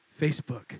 Facebook